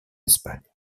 espagne